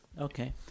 okay